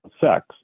sex